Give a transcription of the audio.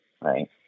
right